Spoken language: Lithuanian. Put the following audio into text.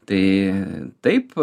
tai taip